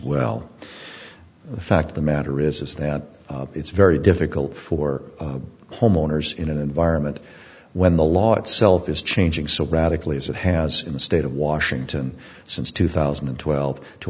well the fact of the matter is is that it's very difficult for homeowners in an environment when the law itself is changing so radically as it has in the state of washington since two thousand and twelve to